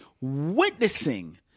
witnessing